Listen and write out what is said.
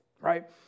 right